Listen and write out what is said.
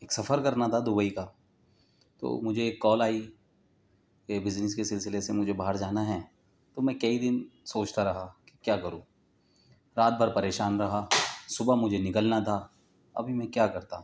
ایک سفر کرنا تھا دبئی کا تو مجھے ایک کال آئی کہ بزنیس کے سلسلے سے مجھے باہر جانا ہے تو میں کئی دن سوچتا رہا کہ کیا کروں رات بھر پریشان رہا صبح مجھے نکلنا تھا ابھی میں کیا کرتا